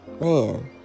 man